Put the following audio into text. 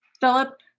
Philip